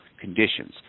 conditions